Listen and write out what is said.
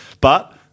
But-